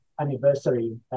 anniversary